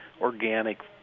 organic